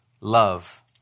love